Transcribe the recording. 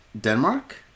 Denmark